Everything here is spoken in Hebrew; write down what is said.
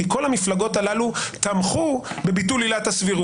כי כל המפלגות הללו תמכו בביטול עילת הסבירות.